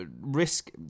risk